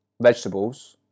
vegetables